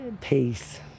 peace